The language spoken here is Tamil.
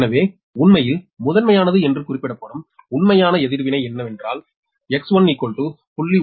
எனவே இது உண்மையில் முதன்மையானது என்று குறிப்பிடப்படும் உண்மையான எதிர்வினை என்னவென்றால் X1 0